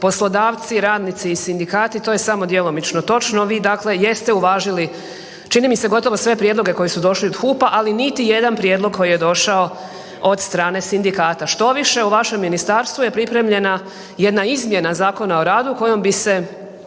poslodavci, radnici i sindikati. To je samo djelomično točno. Vi dakle jeste uvažili čini mi se gotovo sve prijedloga koji su došli od HUP-a, ali niti jedan prijedlog koji je došao od strane sindikata. Štoviše u vašem ministarstvu je pripremljena jedna izmjena Zakona o radu kojom bi se